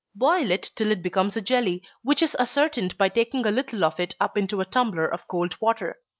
boil it till it becomes a jelly, which is ascertained by taking a little of it up into a tumbler of cold water.